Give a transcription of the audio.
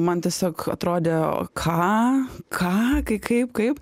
man tiesiog atrodė ką ką kai kaip kaip